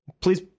please